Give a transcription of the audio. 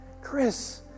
Chris